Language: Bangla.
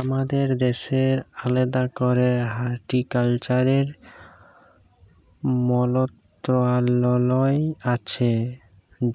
আমাদের দ্যাশের আলেদা ক্যরে হর্টিকালচারের মলত্রলালয় আছে